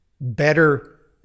better